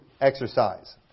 exercise